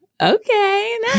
Okay